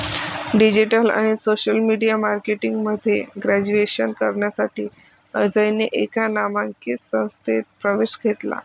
digital आणि social media marketing मध्ये graduation करण्यासाठी अजयने एका नामांकित संस्थेत प्रवेश घेतला